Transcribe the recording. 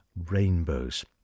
rainbows